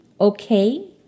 okay